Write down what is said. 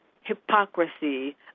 hypocrisy